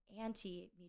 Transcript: anti